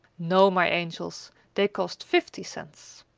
no, my angels they cost fifty cents.